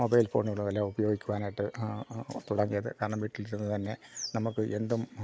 mobile ഫോണുകൾ വല്ലതും ഉപയോഗിക്കുവാനായിട്ട് തുടങ്ങിയത് കാരണം വിീട്ടിലിരുന്ന് തന്നെ നമുക്ക് എന്തും